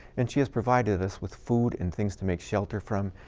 and she has provided us with food and things to make shelter from,